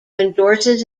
endorses